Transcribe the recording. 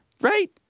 Right